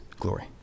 glory